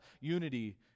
unity